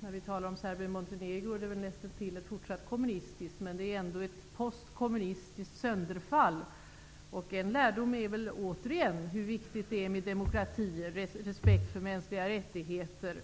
sönderfall -- Serbien Montenegro är väl näst intill fortsatt kommunistiskt. En lärdom är återigen hur viktigt det är med demokrati och respekt för mänskliga rättigheter.